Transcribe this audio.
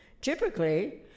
Typically